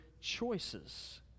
choices